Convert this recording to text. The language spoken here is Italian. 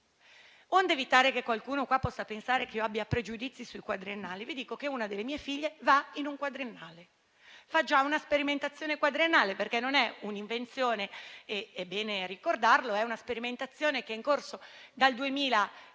Onde evitare che qualcuno possa pensare che io abbia pregiudizi sui quadriennali, vi dico che una delle mie figlie va in un quadriennale e fa già una sperimentazione quadriennale. È bene ricordare che si tratta di una sperimentazione che è in corso dal 2008